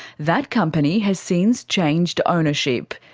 that company has since changed ownership.